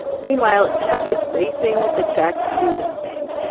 meanwhile, jeff is racing the check to his bank.